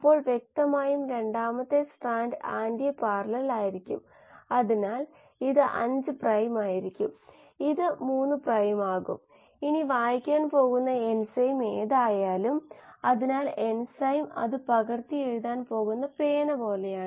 അല്ലെങ്കിൽ ഒരേസമയം രണ്ട് സബ്സ്ട്രേറ്റുകളുടെ പരിമിതി നൽകുന്ന മോഡൽ അതുമല്ലെങ്കിൽ ഉൽപ്പന്ന തടസ്സം നോക്കുന്ന ജെറുസാലിംസ്കി നെറോനോവ മോഡലുകൾ